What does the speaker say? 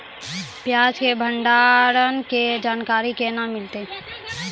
प्याज के भंडारण के जानकारी केना मिलतै?